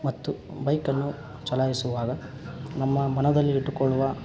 ಮತ್ತು ಬೈಕನ್ನು ಚಲಾಯಿಸುವಾಗ ನಮ್ಮ ಮನದಲ್ಲಿ ಇಟ್ಟುಕೊಳ್ಳುವ